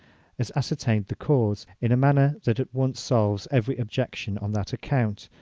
has ascertained the cause, in a manner that at once solves every objection on that account,